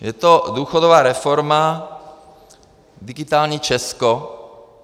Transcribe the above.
Je to důchodová reforma, digitální Česko.